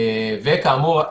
כאמור,